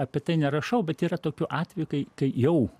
apie tai nerašau bet yra tokių atvejų kai kai jau